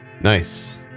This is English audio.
Nice